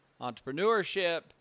entrepreneurship